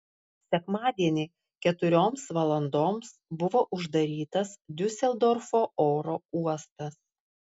sekmadienį keturioms valandoms buvo uždarytas diuseldorfo oro uostas